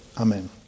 Amen